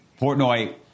Portnoy